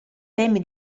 temi